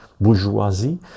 bourgeoisie